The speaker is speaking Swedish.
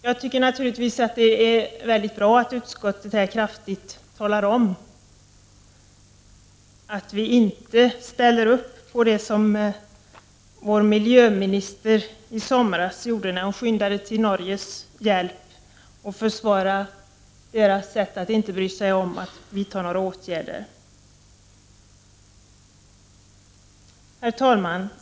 Det är naturligtvis väldigt bra att utskottet nu talar om att vi inte ställer oss bakom miljöministerns agerande i somras då hon skyndade till Norges hjälp och försvarade Norges brist på åtgärder. Herr talman!